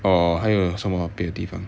or 还有什么别的地方